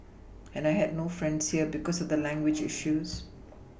and I had no friends here because of the language issues